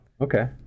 okay